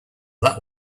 that